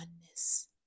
oneness